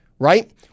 Right